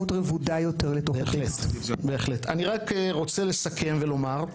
אני רוצה לסכם ולומר,